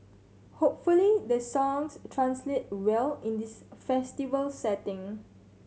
hopefully the songs translate well in this festival setting